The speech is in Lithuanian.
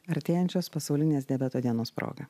artėjančios pasaulinės diabeto dienos proga